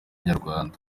nyarwanda